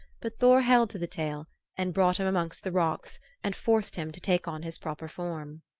but thor held to the tail and brought him amongst the rocks and forced him to take on his proper form.